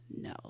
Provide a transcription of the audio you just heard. no